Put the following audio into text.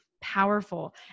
powerful